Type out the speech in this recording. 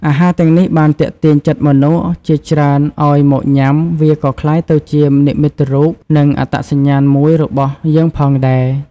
អាហារទាំងនេះបានទាក់ទាញចិត្តមនុស្សជាច្រើនឲ្យមកញុំា វាក៏៏ក្លាយទៅជានិមិត្តរូប និងអត្ដសញ្ញាណមួយរបស់យើងផងដែរ។